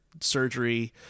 surgery